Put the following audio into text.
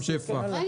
רם שפע,